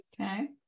Okay